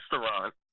Restaurant